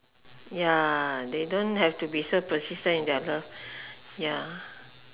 ya they don't they have to be so persistent in their love ya